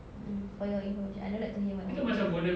mm for your information I don't like to hear my own voice